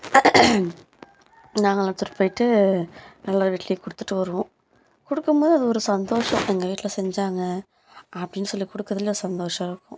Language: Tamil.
நாங்களும் எடுத்துட்டு போயிட்டு எல்லார் வீட்டிலியும் கொடுத்துட்டு வருவோம் கொடுக்கும்போது அது ஒரு சந்தோஷம் எங்கள் வீட்டில் செஞ்சாங்க அப்படின்னு சொல்லி கொடுக்குறதுல சந்தோஷம்